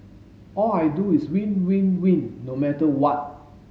all I do is win win win no matter what